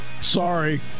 Sorry